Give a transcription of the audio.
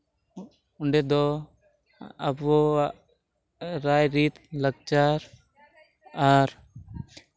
ᱚᱸᱰᱮ ᱫᱚ ᱟᱵᱚᱣᱟᱜ ᱨᱟᱭᱼᱨᱤᱛ ᱞᱟᱠᱪᱟᱨ ᱟᱨ